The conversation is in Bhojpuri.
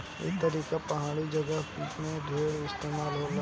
ई तरीका पहाड़ी जगह में ढेर इस्तेमाल होला